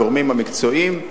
הגורמים המקצועיים,